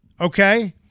okay